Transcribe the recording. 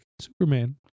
Superman